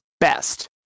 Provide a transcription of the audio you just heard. best